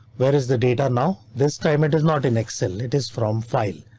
where is the data now this time it is not in excel, it is from file.